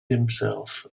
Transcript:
himself